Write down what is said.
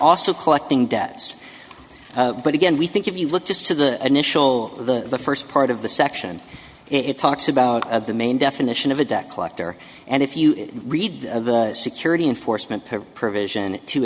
also collecting debts but again we think if you look just to the initial the first part of the section it talks about of the main definition of a debt collector and if you read the security in force mint provision to